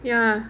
ya